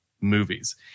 movies